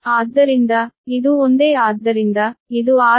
ಆದ್ದರಿಂದ ಇದು ಒಂದೇ ಆದ್ದರಿಂದ ಇದು 6